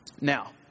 Now